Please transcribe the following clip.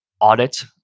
audit